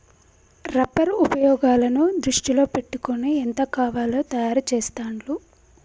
rubber ఉపయోగాలను దృష్టిలో పెట్టుకొని ఎంత కావాలో తయారు చెస్తాండ్లు